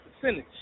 percentage